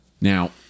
Now